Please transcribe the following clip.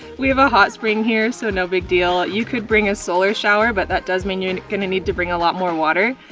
we have a hot spring here so no big deal. you could bring a solar shower. but that does mean you're and going to need to bring a lot more water.